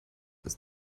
ist